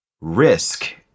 risk